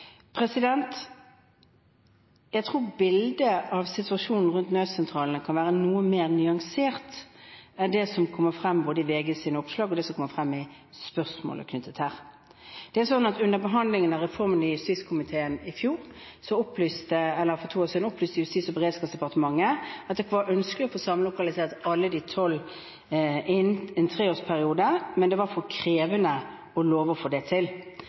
Jeg tror bildet av situasjonen rundt nødsentralene kan være noe mer nyansert enn det som kommer frem i både VGs oppslag og spørsmålet her knyttet til dette. Under behandlingen av reformen i justiskomiteen for to år siden, opplyste Justis- og beredskapsdepartementet at det var ønskelig å få samlokalisert alle de tolv innen en treårsperiode, men det var for krevende å love å få det til.